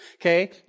okay